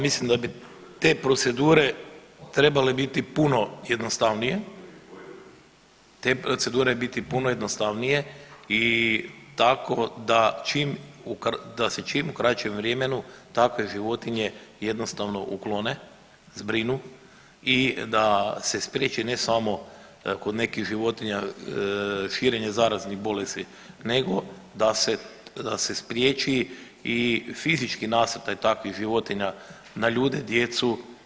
Mislim da bi te procedure trebale biti puno jednostavnije, te procedure biti puno jednostavnije i tako da se čim u kraćem vremenu takve životinje jednostavno uklone, zbrinu i da se spriječi ne samo kod nekih životinja širenje zaraznih bolesti, nego da se spriječi i fizički nasrtaj takvih životinja na ljude, djecu.